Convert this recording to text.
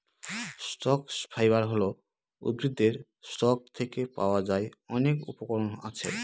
stock fibre হল উদ্ভিদের stalk থেকে পাওয়া যার অনেক উপকরণ আছে